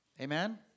Amen